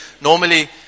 normally